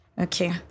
Okay